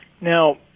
Now